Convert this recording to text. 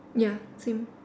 ya same